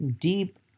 deep